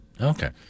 Okay